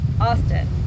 Austin